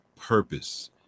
purpose